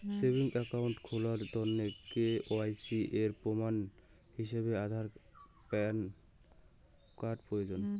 savings account খুলার তন্ন K Y প্রমাণ হিছাবে আধার আর প্যান কার্ড প্রয়োজন